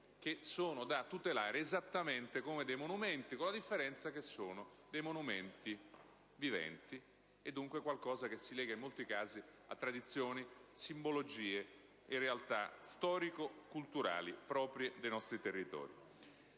che sono da tutelare esattamente come dei monumenti, con la differenza che sono dei monumenti viventi, e dunque qualcosa che si lega in molti casi a tradizioni, simbologie e realtà storico-culturali proprie dei nostri territori.